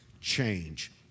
change